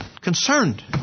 concerned